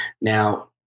Now